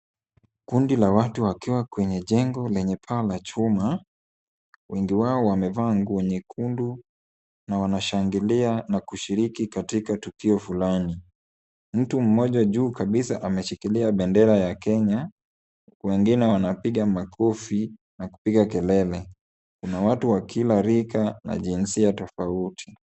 Kundi la watu wakiwa kwenye jengo lenye paa la chuma, wengi wao wamevaa nguo nyekundu na wanashangilia na kushiriki katika tukio fulani. Mtu mmoja juu kabisa ameshikilia bendera ya Kenya, wengine wanapiga makofi na kupiga kelele. Kuna watu wa kila rika na jinsia tofauti.